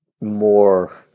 more